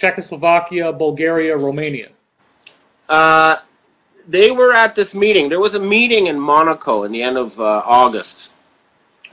czechoslovakia bulgaria romania they were at this meeting there was a meeting in monaco and the end of august